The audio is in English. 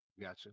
gotcha